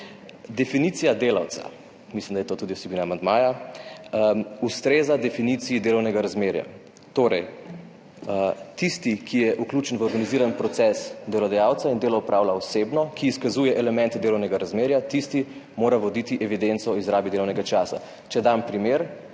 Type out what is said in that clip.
Definicija delavca, mislim, da je to tudi vsebina amandmaja, ustreza definiciji delovnega razmerja, torej tisti, ki je vključen v organiziran proces delodajalca in delo opravlja osebno, ki izkazuje elemente delovnega razmerja, tisti mora voditi evidenco o izrabi delovnega časa. Če dam primer,